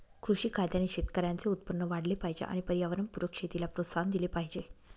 कृषी कायद्याने शेतकऱ्यांचे उत्पन्न वाढले पाहिजे आणि पर्यावरणपूरक शेतीला प्रोत्साहन दिले पाहिजे